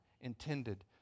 intended